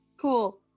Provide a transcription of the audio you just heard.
Cool